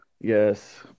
Yes